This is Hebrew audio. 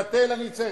כדי לבטל אני צריך,